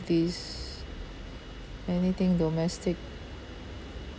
anything domestic